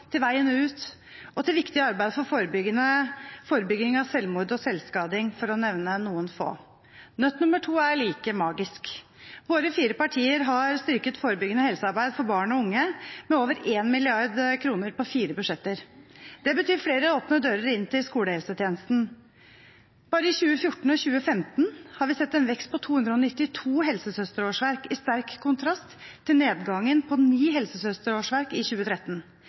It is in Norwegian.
til Veien Ut og til viktig arbeid for forebygging av selvmord og selvskading, for å nevne noen få. Nøtt nr. 2 er like magisk. Våre fire partier har styrket forebyggende helsearbeid for barn og unge med over 1 mrd. kr på fire budsjetter. Det betyr flere åpne dører inn til skolehelsetjenesten. Bare i 2014 og 2015 har vi sett en vekst på 292 helsesøsterårsverk, i sterk kontrast til nedgangen på 9 helsesøsterårsverk i 2013.